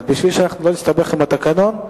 כדי שלא נסתבך עם התקנון,